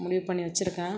முடிவு பண்ணி வச்சுருக்கேன்